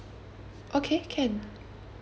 okay can